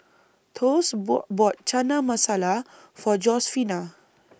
Thos bought bought Chana Masala For Josefina